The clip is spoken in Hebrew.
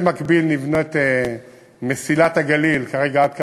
במקביל נבנית מסילת הגליל, כרגע עד כרמיאל.